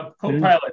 co-pilot